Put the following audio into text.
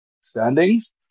standings